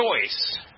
choice